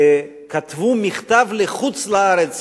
שכתבו מכתב לחוץ-לארץ,